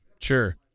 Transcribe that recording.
Sure